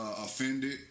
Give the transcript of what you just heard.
offended